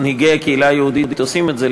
מנהיגי הקהילה היהודית עושים את זה.